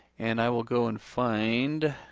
and i will go and find,